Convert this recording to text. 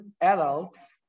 adults